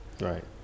Right